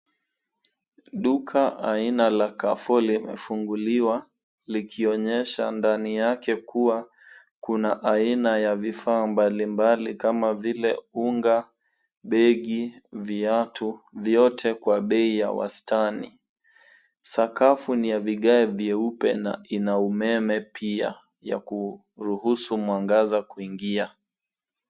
Duka la aina la Carrefour limefunguliwa likionyesha ndani yake kuwa kuna aina ya vifaa mbalimbali kama vile unga, begi, viatu. Vyote kwa bei ya wastani. Sakafu ni ya vigae vyeupe na ina umeme pia ya kuruhusu mwangaza kuingia.